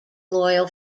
loyal